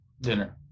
Dinner